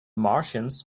martians